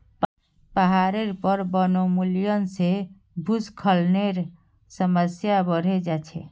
पहाडेर पर वनोन्मूलन से भूस्खलनेर समस्या बढ़े जा छे